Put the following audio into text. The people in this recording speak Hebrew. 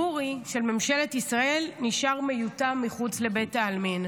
לאורי של ממשלת ישראל נשאר מיותם מחוץ לבית העלמין,